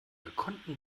gekonnten